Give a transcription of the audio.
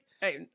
Hey